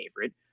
favorite